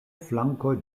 flankoj